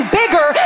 bigger